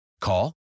Call